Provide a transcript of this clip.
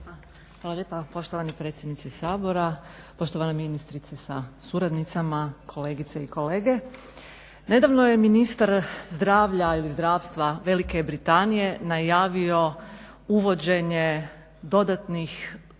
Hvala lijepa. Poštovani predsjedniče Sabora, poštovana ministrice sa suradnicama, kolegice i kolege. Nedavno je ministar zdravlja ili zdravstva Velike Britanije najavio uvođenje dodatnih